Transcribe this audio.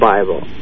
Bible